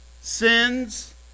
sins